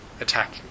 attack